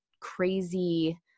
crazy